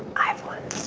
i have one.